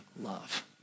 love